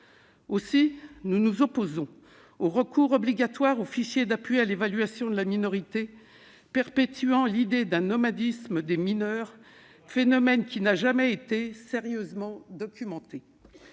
Aussi, nous nous opposons au recours obligatoire au fichier d'appui à l'évaluation de la minorité, ... C'est dommage !... perpétuant l'idée du nomadisme des mineurs, phénomène qui n'a jamais été sérieusement documenté.